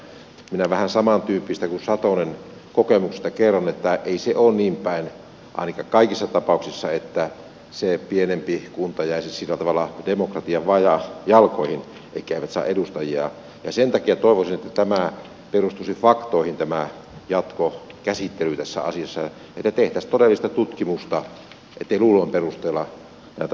elikkä minä vähän samantyyppistä kuin satonen kokemuksesta kerron että ei se ole niinpäin ainakaan kaikissa tapauksissa että se pienempi kunta jäisi sillä tavalla demokratiavajeen jalkoihin elikkä eivät saisi edustajia ja sen takia toivoisin että jatkokäsittely tässä asiassa perustuisi faktoihin että tehtäisiin todellista tutkimusta että ei luulon perusteella näitä asioita käsiteltäisi